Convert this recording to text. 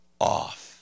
off